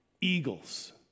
eagles